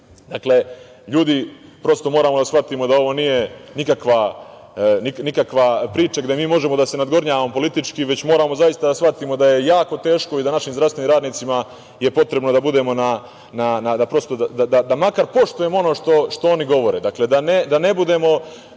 mrtvih. Dakle, ljudi, prosto moramo da shvatimo da ovo nije nikakva priča gde mi možemo da se nadgornjamo politički, već moramo zaista da shvatimo da je jako teško i da je našim zdravstvenim radnicima potrebno da makar poštujemo ono što oni govore. Dakle, da ne budemo